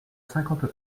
cinquante